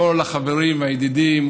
כל החברים והידידים,